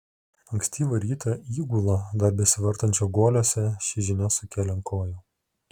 ankstyvą rytą įgulą dar besivartančią guoliuose ši žinia sukėlė ant kojų